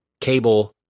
Cable